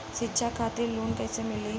शिक्षा खातिर लोन कैसे मिली?